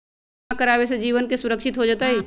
बीमा करावे से जीवन के सुरक्षित हो जतई?